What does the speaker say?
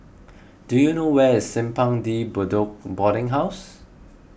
do you know where is Simpang De Bedok Boarding House